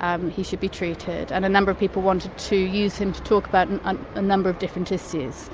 um he should be treated, and a number of people wanted to use him to talk about ah a number of different issues.